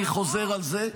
אני חוזר על זה,